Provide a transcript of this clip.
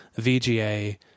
VGA